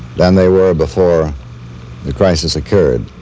than they were before the crisis occurred.